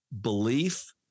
belief